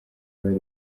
bari